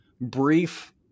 brief